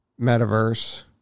metaverse